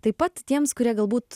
taip pat tiems kurie galbūt